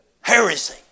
heresy